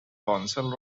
council